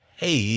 hey